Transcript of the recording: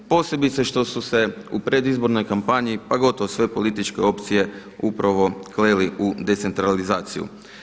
Posebice što su se u predizbornoj kampanji pa gotovo sve političke opcije upravo kleli u decentralizaciju.